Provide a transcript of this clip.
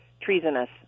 treasonous